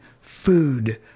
food